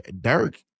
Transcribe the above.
Dirk